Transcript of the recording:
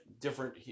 different